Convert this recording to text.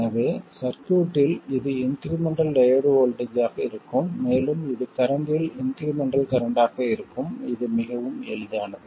எனவே சர்க்யூட்டில் இது இன்க்ரிமெண்ட்டல் டையோடு வோல்ட்டேஜ் ஆக இருக்கும் மேலும் இது கரண்ட்டில் இன்க்ரிமெண்ட்டல் கரண்ட் ஆக இருக்கும் இது மிகவும் எளிதானது